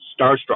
starstruck